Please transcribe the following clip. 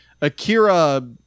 Akira